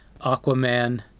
Aquaman